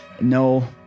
no